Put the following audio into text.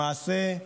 למעשה,